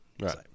Right